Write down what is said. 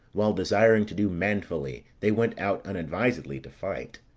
while desiring to do manfully they went out unadvisedly to fight.